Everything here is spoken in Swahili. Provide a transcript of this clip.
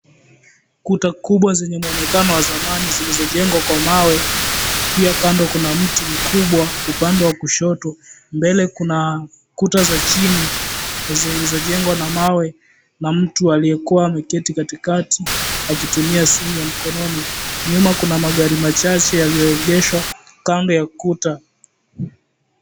Kuta kubwa zenye mwonekano wa zamani zilizojengwa kwa mawe pia kando kuna mti mkubwa upande wa kushoto. Mbele kuna kuta za chini zilizojengwa na mawe na mtu aliyekua ameketi katikati akitumia simu ya mkononi. Nyuma kuna magari machache yeliyoegeshwa kando ya ukuta.